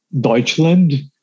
Deutschland